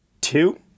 Two